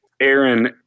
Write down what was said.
Aaron